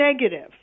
negative